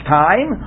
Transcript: time